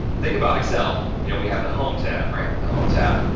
think about excel, you know, we have the home tab, right. the home tab,